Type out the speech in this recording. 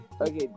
okay